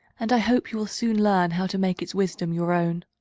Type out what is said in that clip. and i hope you will soon learn how to make its wisdom your own.